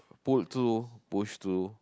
pulled through pushed through